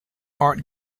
art